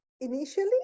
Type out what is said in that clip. Initially